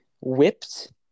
whipped